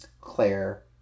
claire